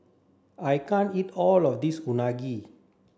I can't eat all of this Unagi